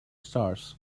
stars